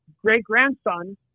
great-grandson